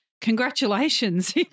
Congratulations